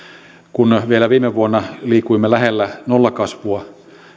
kun vielä viime vuonna liikuimme lähellä nollakasvua